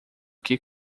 que